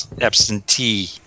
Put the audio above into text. Absentee